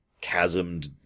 chasmed